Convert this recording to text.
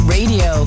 Radio